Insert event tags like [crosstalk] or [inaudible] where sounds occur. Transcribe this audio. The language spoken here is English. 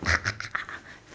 [laughs]